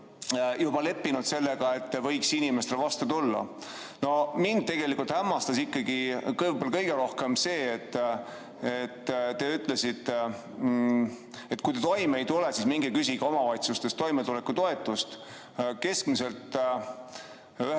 juba leppinud sellega, et võiks inimestele vastu tulla. Mind tegelikult hämmastas aga võib-olla kõige rohkem see, et te ütlesite, et kui toime ei tule, siis minge küsige omavalitsusest toimetulekutoetust. Keskmiselt